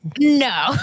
No